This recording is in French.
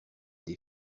des